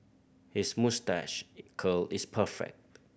his moustache curl is perfect